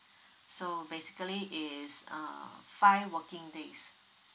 so basically is uh five working days